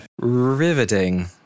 Riveting